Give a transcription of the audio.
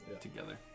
together